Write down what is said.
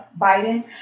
Biden